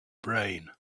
brain